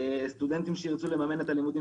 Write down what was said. יש סטודנטים שרוצים לממן את הלימודים